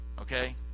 Okay